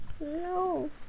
No